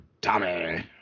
Tommy